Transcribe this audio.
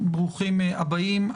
ברוכים הבאים.